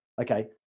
okay